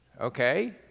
Okay